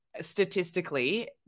statistically